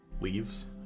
leaves